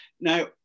Now